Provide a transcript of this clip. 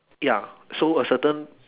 ya so a certain